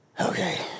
okay